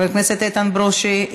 חבר הכנסת איתן ברושי,